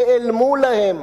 נעלמו להם,